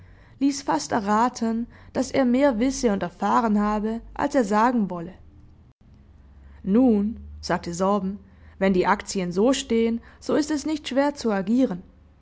ließ fast erraten daß er mehr wisse und erfahren habe als er sagen wolle nun sagte sorben wenn die aktien so stehen so ist es nicht schwer zu agieren